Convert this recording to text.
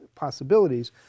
Possibilities